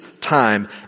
time